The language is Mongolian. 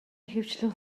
ихэвчлэн